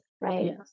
Right